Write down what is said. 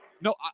No